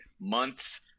months